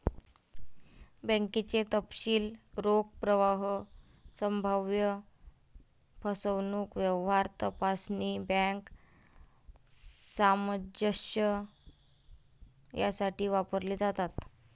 बँकेचे तपशील रोख प्रवाह, संभाव्य फसवणूक, व्यवहार तपासणी, बँक सामंजस्य यासाठी वापरले जातात